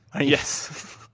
Yes